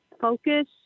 focus